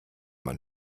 man